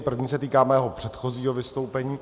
První se týká mého předchozího vystoupení.